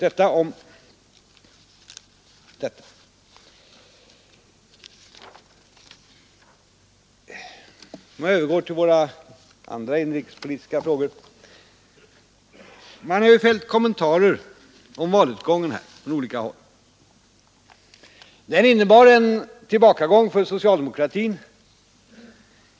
Jag övergår nu till våra andra inrikespolitiska frågor. Man har här från olika håll fällt kommentarer om valutgången. Den innebar en tillbakagång för socialdemokratin.